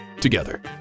together